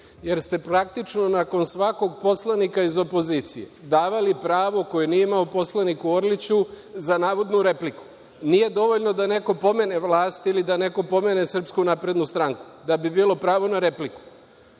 jer ste praktično nakon svakog poslanika iz opozicije davali pravo koje nije imao poslaniku Orliću za navodnu repliku. Nije dovoljno da neko pomene vlast ili da neko pomene Srpsku naprednu stranku, da bi bilo pravo na